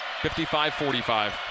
55-45